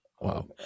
Wow